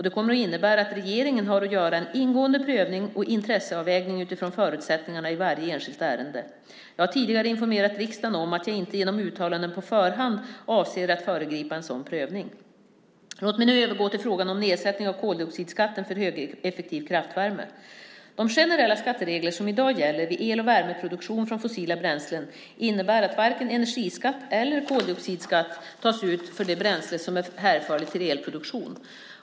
Den kommer att innebära att regeringen har att göra en ingående prövning och intresseavvägning utifrån förutsättningarna i varje enskilt ärende. Jag har tidigare informerat riksdagen om att jag inte genom uttalanden på förhand avser att föregripa en sådan prövning. Låt mig nu övergå till frågan om nedsättningen av koldioxidskatten för högeffektiv kraftvärme. De generella skatteregler som i dag gäller vid el och värmeproduktion från fossila bränslen innebär att varken energiskatt eller koldioxidskatt tas ut för det bränsle som är hänförligt till elproduktionen.